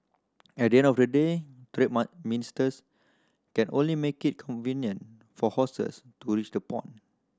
at the end of the day trade ministers can only make it convenient for horses to reach the pond